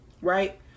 right